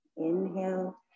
Inhale